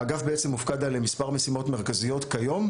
האגף בעצם מופקד על מספר משימות מרכזיות כיום,